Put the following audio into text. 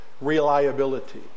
reliability